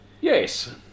Yes